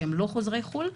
שהם לא חוזרים מחו"ל,